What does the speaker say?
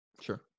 Sure